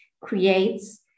creates